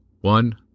One